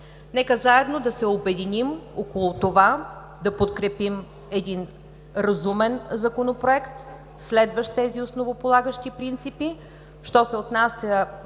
Нека заедно да се обединим около това да подкрепим един разумен Законопроект, следващ тези основополагащи принципи. Що се отнася